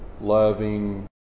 loving